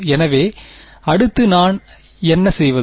எனவே அடுத்து நான் என்ன செய்வது